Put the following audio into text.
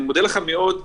אני מודה לך מאוד,